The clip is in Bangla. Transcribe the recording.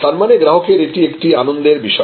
তার মানে গ্রাহকের এটি একটি আনন্দের বিষয়